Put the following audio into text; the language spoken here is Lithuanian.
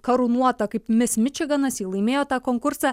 karūnuota kaip mis mičiganas ji laimėjo tą konkursą